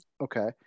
Okay